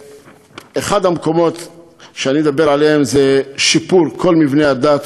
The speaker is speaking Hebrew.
אחד הדברים שאני מדבר עליהם הוא שיפור כל מבני הדת,